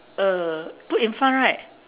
err put in front right